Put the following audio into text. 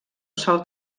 sol